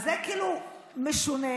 זה כאילו משונה,